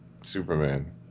Superman